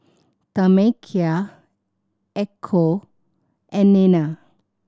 Tamekia Echo and Nena